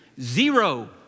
Zero